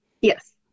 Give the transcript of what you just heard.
Yes